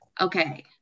Okay